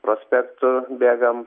prospektu bėgam